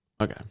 Okay